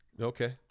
Okay